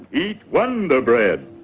eat wonder bread!